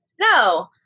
No